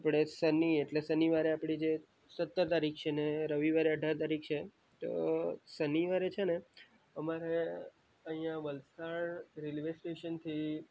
આપણે શનિ એટલે શનિવારે આપણી જે સત્તર તારીખ છે અને રવિવારે અઢાર તારીખ છે તો શનિવારે છે ને અમારે અહીંયા વલસાડ રેલવે સ્ટેશનથી